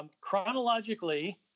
Chronologically